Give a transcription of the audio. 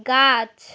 গাছ